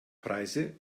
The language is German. preise